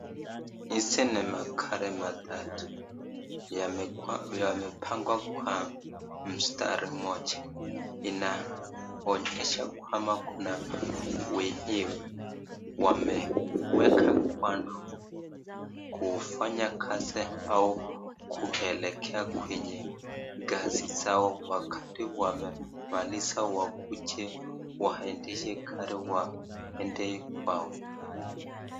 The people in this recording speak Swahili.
Hizi ni magari matatu imepangwa kwa mstari mmoja inaonyesha kwamba kuna wenyewe wameweka kando kufanya kazi au kuelekea kazi zao, wakati wamemaliza wakuje waendeshe gari waende kwao.